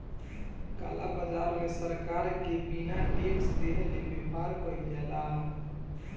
काला बाजार में सरकार के बिना टेक्स देहले व्यापार कईल जाला